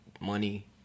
Money